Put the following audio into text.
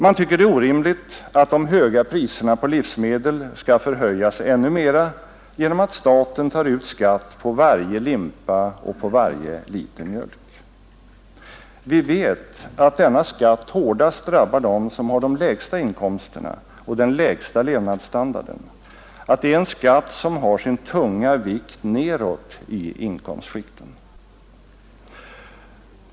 Man tycker det är orimligt att de höga priserna på livsmedel skall förhöjas ännu mera genom att staten tar ut skatt på varje limpa och på varje liter mjölk. Vi vet att denna skatt hårdast drabbar dem som har de lägsta inkomsterna och den lägsta levnadsstandarden, att det är en skatt som har sin tunga vikt nedåt i inkomstskikten.